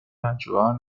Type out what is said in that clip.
ayudaron